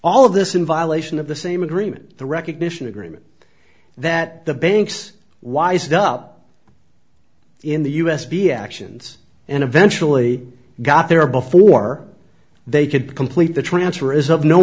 all of this in violation of the same agreement the recognition agreement that the banks wised up in the us be actions and eventually got there before they could complete the transfer is of no